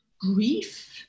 grief